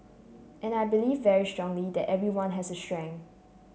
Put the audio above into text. and I believe very strongly that everyone has a strength